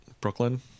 Brooklyn